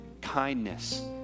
kindness